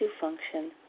function